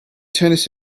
tennis